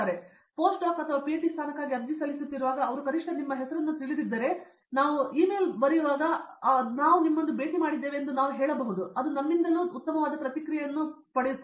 ನಾವು postdoc ಅಥವಾ PhD ಸ್ಥಾನಕ್ಕಾಗಿ ಅರ್ಜಿ ಸಲ್ಲಿಸುತ್ತಿರುವಾಗ ಅವರು ಕನಿಷ್ಠ ನಿಮ್ಮ ಹೆಸರನ್ನು ತಿಳಿದಿದ್ದರೆ ಅಥವಾ ನಾವು ಇಮೇಲ್ ಬರೆಯುವಾಗ ನಾವು ನಿಮ್ಮನ್ನು ಭೇಟಿ ಮಾಡಿದ್ದೇವೆ ಎಂದು ನಾವು ಹೇಳಬಹುದು ಮತ್ತು ಅದು ನಮ್ಮಿಂದಲೂ ಉತ್ತಮವಾದ ಪ್ರತಿಕ್ರಿಯೆಯನ್ನು ಪಡೆಯುತ್ತದೆ